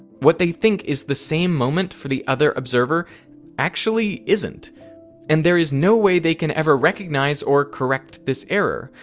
what they think is the same moment for the other observer actually isn't and there is no way they can ever recognize or correct this error.